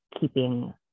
keeping